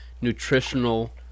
nutritional